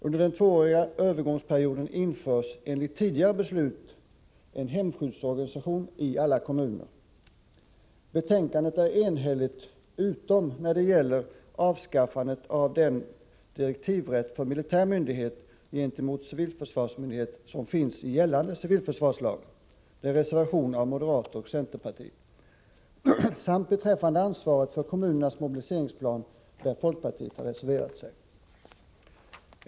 Under den tvååriga övergångsperioden införs enligt tidigare beslut en hemskyddsorganisation i alla kommuner. Betänkandet är enhälligt utom när det gäller avskaffande av den direktivrätt för militär myndighet gentemot civilförsvarsmyndighet som finns i gällande civilförsvarslag, där det finns en reservation av moderaterna och centerpartiet, samt beträffande ansvaret för kommunernas mobiliseringsplan, där folkpartiet har reserverat sig.